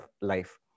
life